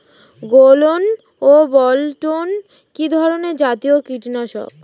গোলন ও বলটন কি ধরনে জাতীয় কীটনাশক?